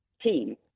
team